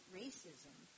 racism